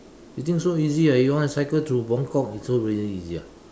you think so easy ah you want to cycle to Bangkok you so very easy ah